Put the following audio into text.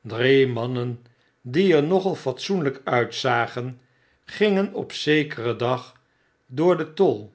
drie mannen die er nogal fatsoenlp uitzagen gingen op zekeren dag door den tol